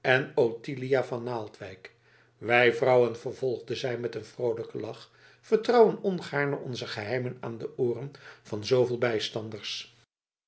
en ottilia van naaldwijk wij vrouwen vervolgde zij met een vroolijken lach vertrouwen ongaarne onze geheimen aan de ooren van zooveel bijstanders